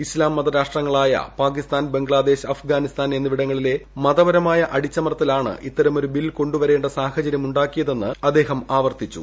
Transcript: ഇസ്ലാം മത രാഷ്ട്രങ്ങളായ പാക്ടീസ്ഥാൻ ബംഗ്ലാദേശ് അഫ്ഗാനിസ്ഥാൻ എന്നീവിടങ്ങളിലെ മതപരമായ അടിച്ചമർത്തലാണ് ഇത്തരമൊരു ബിൽ കൊണ്ടുവരേണ്ട സാഹചര്യ്ക്കുണ്ട്ടാക്കിയതെന്ന് അദ്ദേഹം ആവർത്തിച്ചു